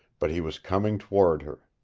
but he was coming toward her.